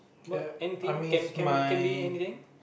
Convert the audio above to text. what anything can can can be anything